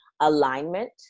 alignment